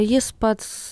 jis pats